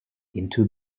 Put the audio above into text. into